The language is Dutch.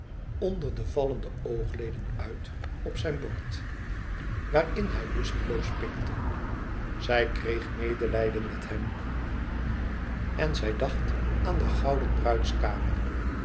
onder de vallende oogleden uit op zijn bord waarin hij lusteloos pikte zij kreeg medelijden met hem en zij dacht aan de gouden bruidskamer